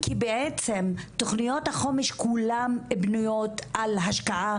כי בעצם תוכניות החומש כולן בנויות על השקעה,